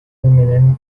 менен